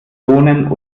bohnen